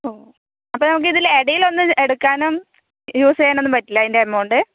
ഓ അപ്പോൾ നമുക്ക് ഇതില് ഇടയിലൊന്നും എടുക്കാനോ യൂസ് ചെയ്യാനോ പറ്റില്ല അതിൻ്റെ എമൗണ്ട്